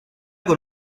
con